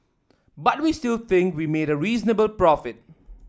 but we still think we made a reasonable profit